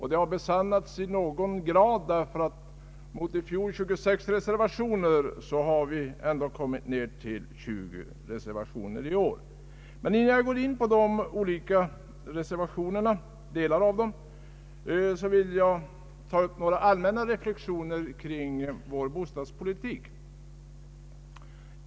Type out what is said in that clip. Det har i någon utsträckning besannats genom att vi i år har kommit ned till 20 reservationer mot 26 i fjol. Innan jag går in på delar av de olika reservationerna vill jag ta upp några allmänna reflexioner kring vår bostadspolitik.